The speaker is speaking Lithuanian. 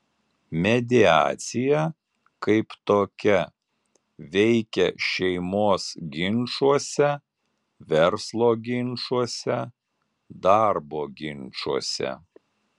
mediacija kaip tokia veikia šeimos ginčuose verslo ginčuose darbo ginčuose